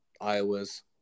Iowa's